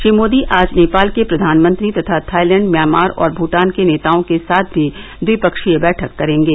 श्री मोदी आज नेपाल के प्रधानमंत्री तथा थाइलैंड म्यांमार और भूटान के नेताओं के साथ भी द्विपक्षीय बैठक करेंगे